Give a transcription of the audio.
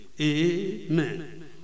Amen